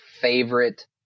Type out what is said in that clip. favorite